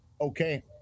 okay